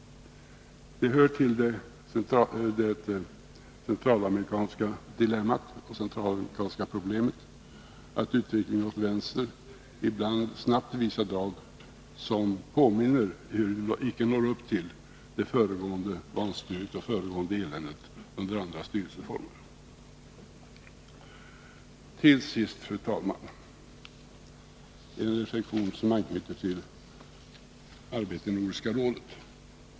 Det hör till det centralamerikanska dilemmat och det centralamerikanska problemet att utvecklingen åt vänster ibland snabbt visar drag som påminner om, ehuru icke når upp till det föregående vanstyret och det föregående eländet under andra styrelseformer. Till sist, fru talman, en reflexion som anknyter till arbetet i Nordiska rådet.